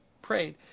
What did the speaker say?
prayed